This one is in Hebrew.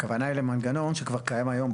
הכוונה היא למנגנון שכבר קיים היום.